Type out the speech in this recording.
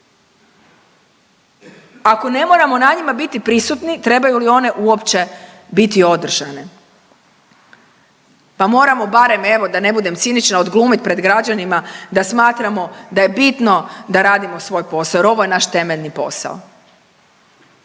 ako ne moramo na njima biti prisutni trebaju li one uopće biti održane. Pa moramo barem evo da ne budem cinična odglumit pred građanima da smatramo da je bitno da radimo svoj posao jer ovo je naš temeljni posao.